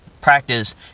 practice